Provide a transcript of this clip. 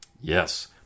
Yes